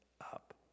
up